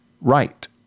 right